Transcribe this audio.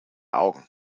augen